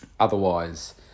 Otherwise